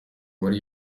muri